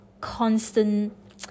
constant